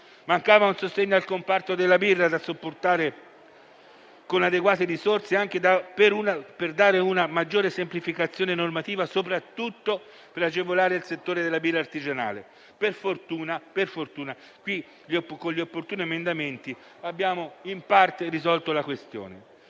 Mancava un sostegno al comparto della birra, da supportare con adeguate risorse e una maggiore semplificazione normativa, soprattutto per agevolare il settore della birra artigianale. Per fortuna, con gli opportuni emendamenti abbiamo in parte risolto la questione.